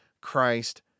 Christ